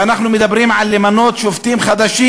ואנחנו מדברים על מינוי שופטים חדשים.